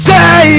Say